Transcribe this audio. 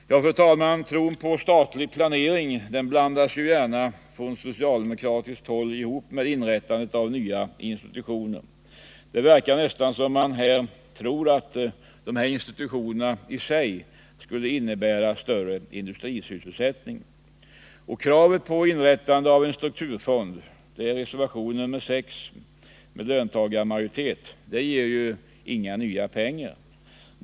Fru talman! Tron på statlig planering blandas gärna från socialdemokratiskt håll med inrättandet av nya institutioner. Det verkar nästan som om man här tror att institutionerna i sig skulle innebära större industrisysselsättning. Kravet på inrättande av en strukturfond — reservationen nr 6 — med löntagarmajoritet ger ju inte mer pengar.